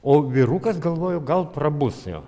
o vyrukas galvoju gal prabus jo